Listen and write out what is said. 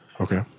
Okay